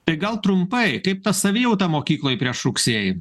tai gal trumpai kaip ta savijauta mokykloj prieš rugsėjį